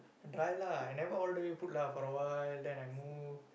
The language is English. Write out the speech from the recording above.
dry lah I never all the way put lah for a while then I move